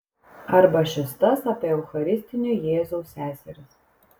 arba šis tas apie eucharistinio jėzaus seseris